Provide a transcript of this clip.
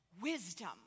wisdom